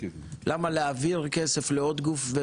למה להעביר כסף לעוד גוף?